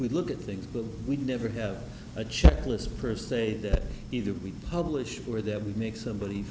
we look at things but we never have a checklist per se that either we publish or that we make somebody